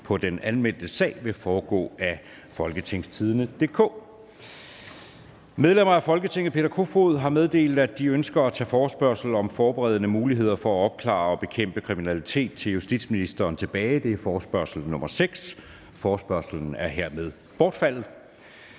på den anmeldte sag vil fremgå af www.folketingstidende.dk (jf. ovenfor). Medlemmer af Folketinget Peter Kofod (DF) m.fl. har meddelt, at de ønsker at tage forespørgsel nr. F 6 om forbedrede muligheder for at opklare og bekæmpe kriminalitet til justitsministeren tilbage. Forespørgslen er hermed bortfaldet.